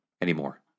anymore